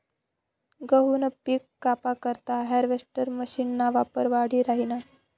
गहूनं पिक कापा करता हार्वेस्टर मशीनना वापर वाढी राहिना